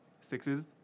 sixes